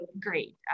great